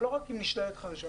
ולא רק אם נשלל הרישיון.